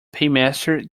paymaster